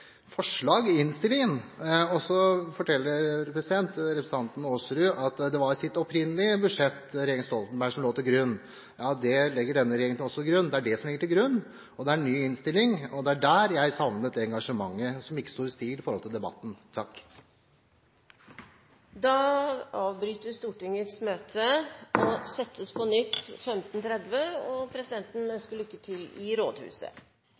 forslag i innstillingen, så forteller representanten Aasrud at det er Stoltenberg-regjeringens opprinnelige budsjett som lå til grunn. Ja, det legger også denne regjeringen til grunn. Det er det som ligger til grunn, og det er en ny innstilling, og det er der jeg savnet engasjementet – som ikke sto i stil til debatten. Da avbryter Stortinget sine forhandlinger, og møtet settes på nytt kl. 15.30. Presidenten ønsker lykke til i Rådhuset!